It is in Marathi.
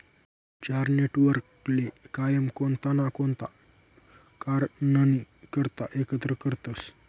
चार नेटवर्कले कायम कोणता ना कोणता कारणनी करता एकत्र करतसं